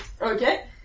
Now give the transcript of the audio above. Okay